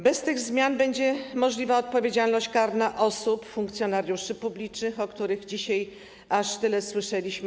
Bez tych zmian będzie możliwa odpowiedzialność karna osób, funkcjonariuszy publicznych, o których dzisiaj aż tyle słyszeliśmy.